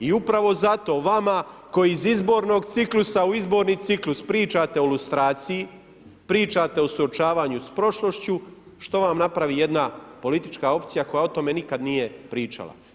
I upravo zato vama koji iz izbornog ciklusa u izborni ciklus pričate o lustraciji, pričate o suočavanju sa prošlošću što vam napravi jedna politička opcija koja o tome nikada nije pričala.